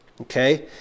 Okay